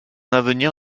avenir